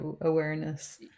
awareness